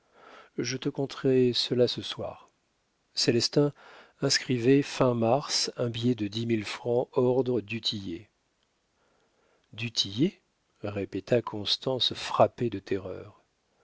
je te conterai cela ce soir célestin inscrivez fin mars un billet de dix mille francs ordre du tillet du tillet répéta constance frappée de terreur